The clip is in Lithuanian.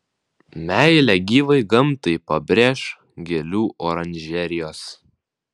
meilę gyvai gamtai pabrėš gėlių oranžerijos